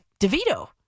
DeVito